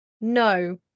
No